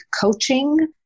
coaching